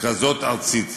כרזות ארצית.